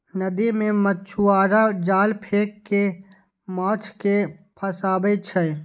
नदी मे मछुआरा जाल फेंक कें माछ कें फंसाबै छै